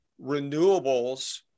renewables